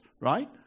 Right